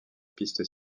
piste